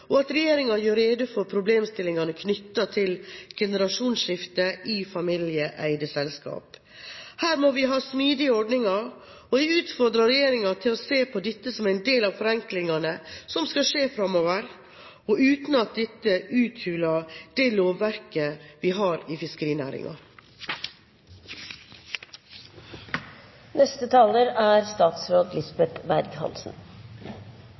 og at regjeringen gjør rede for problemstillingene knyttet til generasjonsskifter i familieeide selskaper. Her må vi ha smidige ordninger. Jeg utfordrer regjeringen til å se på dette som en del av forenklingen som skal skje fremover, uten at dette uthuler det lovverket vi har i fiskerinæringen. I innstillingen er